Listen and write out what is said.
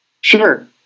Sure